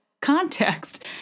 context